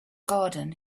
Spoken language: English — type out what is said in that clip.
garden